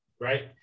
Right